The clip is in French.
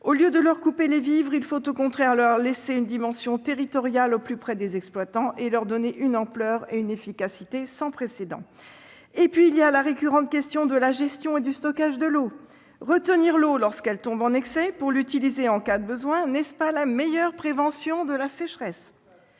Au lieu de leur couper les vivres, il faut au contraire leur laisser une dimension territoriale au plus près des exploitants, et leur donner une ampleur et une efficacité sans précédent. Enfin, se pose la question récurrente de la gestion et du stockage de l'eau. Retenir l'eau lorsqu'elle tombe en excès, pour l'utiliser en cas de besoin, n'est-ce pas la meilleure prévention de la sécheresse ?